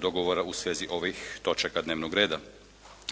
dogovora u svezi ovih točaka dnevnog reda.